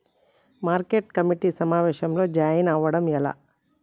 Market committee సమావేశంలో join అవ్వడం ఎలా?